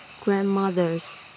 grandmothers